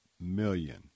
million